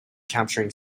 capturing